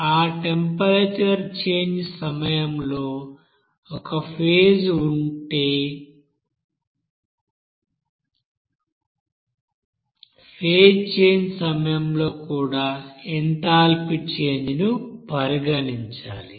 ఆ temperature change సమయంలో ఒక ఫేజ్ చేంజ్ ఉంటే ఫేజ్ చేంజ్ సమయంలో కూడా ఎంథాల్పీ చేంజ్ ను పరిగణించాలి